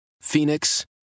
Phoenix